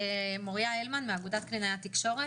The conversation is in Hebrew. מוריה הלמן, מאגודת קלינאי התקשורת,